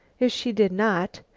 if she did not,